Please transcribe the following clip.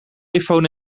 iphone